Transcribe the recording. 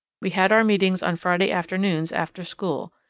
we had our meetings on friday afternoons after school.